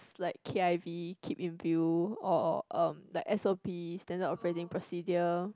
it's like k_i_v keep in view or um like s_o_p Standard operating procedure